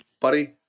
buddy